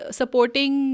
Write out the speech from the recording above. supporting